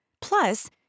Plus